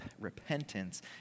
repentance